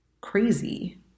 crazy